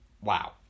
Wow